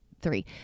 three